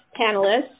panelists